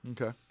Okay